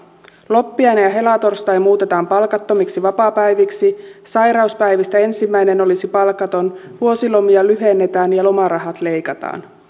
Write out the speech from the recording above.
loppiainen ja helatorstai muutetaan palkattomiksi vapaapäiviksi sairauspäivistä ensimmäinen olisi palkaton vuosilomia lyhennetään ja lomarahat leikataan